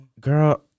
girl